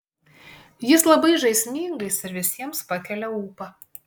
jis labai žaismingas ir visiems pakelia ūpą